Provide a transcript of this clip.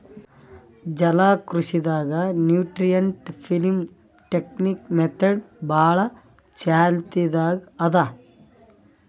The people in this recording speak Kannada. ಜಲಕೃಷಿ ದಾಗ್ ನ್ಯೂಟ್ರಿಯೆಂಟ್ ಫಿಲ್ಮ್ ಟೆಕ್ನಿಕ್ ಮೆಥಡ್ ಭಾಳ್ ಚಾಲ್ತಿದಾಗ್ ಅದಾ